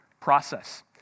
process